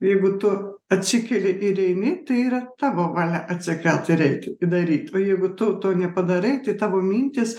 jeigu tu atsikeli ir eini tai yra tavo valia atsikelt ir eiti daryt o jeigu tu to nepadarai tai tavo mintys